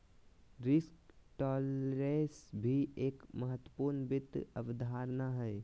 risk tolerance भी एक महत्वपूर्ण वित्त अवधारणा हय